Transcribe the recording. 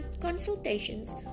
consultations